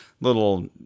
Little